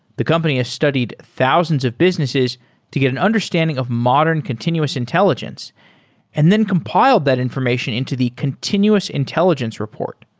the company has studied thousands of businesses to get an understanding of modern continuous intelligence and then compile that information into the continuous intelligence report,